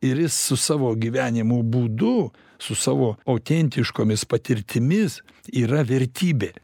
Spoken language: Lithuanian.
ir jis su savo gyvenimo būdu su savo autentiškomis patirtimis yra vertybė